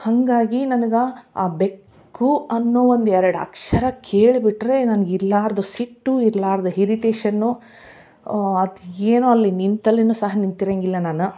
ಹಾಗಾಗಿ ನನ್ಗ ಆ ಬೆಕ್ಕು ಅನ್ನೋ ಒಂದು ಎರಡಕ್ಷರ ಕೇಳ್ಬಿಟ್ಟರೆ ನನ್ಗ ಇರ್ಲಾರದ ಸಿಟ್ಟು ಇರ್ಲಾರದ ಹಿರಿಟೇಶನು ಅದು ಏನೋ ಅಲ್ಲಿ ನಿಂತಲ್ಲಿನೂ ಸಹ ನಿಂತಿರೋಂಗಿಲ್ಲ ನಾನು